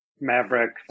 maverick